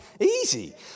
Easy